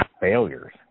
failures